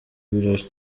birori